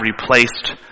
replaced